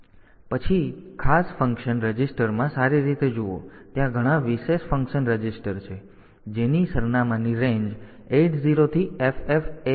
પછી ખાસ ફંક્શન રજિસ્ટરમાં સારી રીતે જુઓ તો ત્યાં ઘણા વિશેષ ફંક્શન રજીસ્ટર છે જેની સરનામાની રેન્જ 80 થી FFh છે